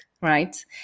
right